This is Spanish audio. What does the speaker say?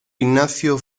ignacio